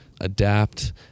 adapt